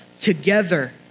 together